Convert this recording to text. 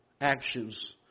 actions